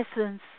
essence